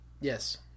Yes